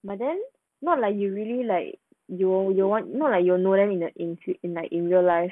but then not like you really like you you want not like you know them in the int~ in like in real life